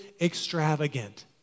extravagant